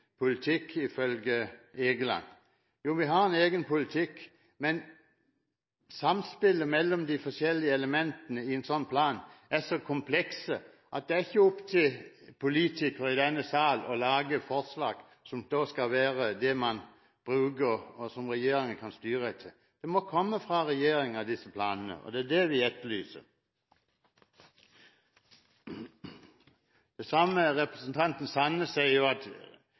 politikk. Jo, vi har en egen politikk, men samspillet mellom de forskjellige elementene i en sånn plan er så komplekse at det ikke er opp til politikere i denne sal å lage forslag som skal være det som regjeringen styrer etter. Disse planene må komme fra regjeringen, og det er det vi etterlyser. Representanten Sande sier at